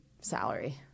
salary